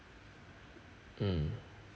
mm